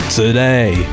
today